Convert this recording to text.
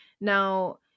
Now